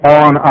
on